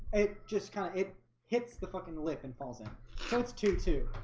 it just kind of it hits the fucking lip and falls in tents too too